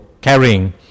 carrying